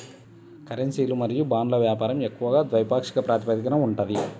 కరెన్సీలు మరియు బాండ్ల వ్యాపారం ఎక్కువగా ద్వైపాక్షిక ప్రాతిపదికన ఉంటది